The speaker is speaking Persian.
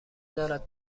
دارد